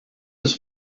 his